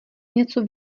něco